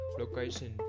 location